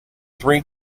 three